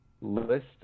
List